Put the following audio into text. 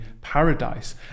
paradise